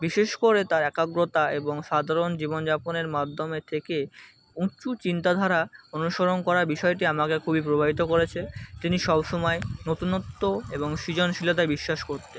বিশেষ করে তার একাগ্রতা এবং সাধারণ জীবন যাপনের মাধ্যমে থেকে উঁচু চিন্তাধারা অনুসরণ করার বিষয়টি আমাকে খুবই প্রভাবিত করেছে তিনি সব সমায় নতুনত্ব এবং সৃজনশীলতায় বিশ্বাস করতেন